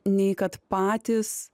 nei kad patys